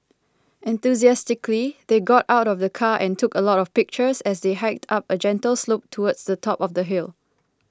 enthusiastically they got out of the car and took a lot of pictures as they hiked up a gentle slope towards the top of the hill